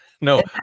No